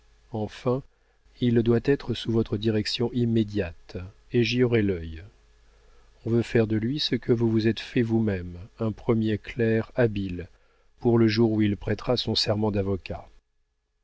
enfin il doit être sous votre direction immédiate et j'y aurai l'œil on veut faire de lui ce que vous vous êtes fait vous-même un premier clerc habile pour le jour où il prêtera son serment d'avocat